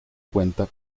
cuenta